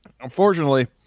Unfortunately